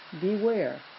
Beware